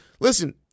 Listen